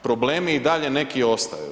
Problemi i dalje neki ostaju.